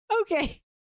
Okay